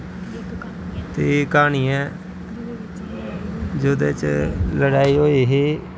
दी क्हानी ऐ जेह्दे च लड़ाई होई ही